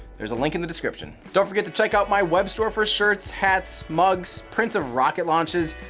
there's a link in the description. don't forget to check out my web store for shirts, hats, mugs, prints of rocket launches,